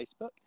facebook